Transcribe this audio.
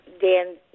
Dan